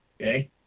okay